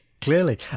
Clearly